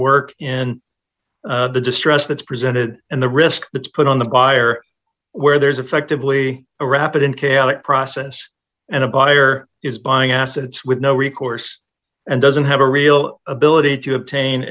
in the distress that's presented and the risk that's put on the buyer where there's effectively a rapid and chaotic process and a buyer is buying assets with no recourse and doesn't have a real ability to obtain